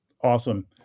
Awesome